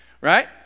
Right